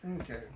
Okay